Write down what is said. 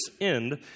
end